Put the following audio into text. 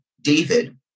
David